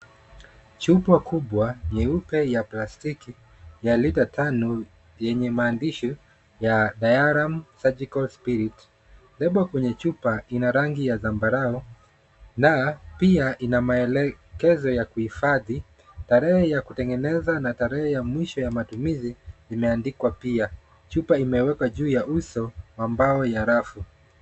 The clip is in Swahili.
Chupa kubwa nyeupe ya plastiki ya lita tano yenye maandishi ya Diarim surgical spirit . Lebo kwenye chupa ina rangi ya zambarau na pia ina maelekezo ya kuhifadhi, tarehe ya kutengeneza na tarehe ya mwisho ya matumizi imeandikwa pia. Chupa imewekwa juu ya uso wa mbao ya rafu.